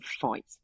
fight